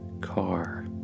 car